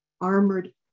armored